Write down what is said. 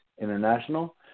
International